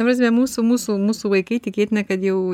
ta prasme mūsų mūsų mūsų vaikai tikėtina kad jau